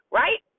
right